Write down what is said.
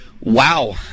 Wow